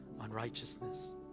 unrighteousness